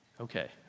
Okay